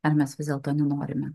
ar mes vis dėlto nenorime